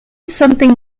something